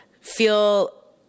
feel